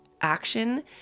action